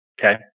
Okay